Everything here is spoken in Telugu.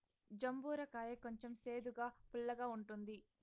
జంబూర కాయ కొంచెం సేదుగా, పుల్లగా ఉంటుంది